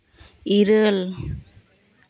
ᱤᱨᱟᱹᱞ